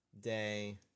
day